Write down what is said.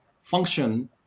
function